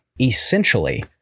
Essentially